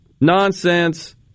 nonsense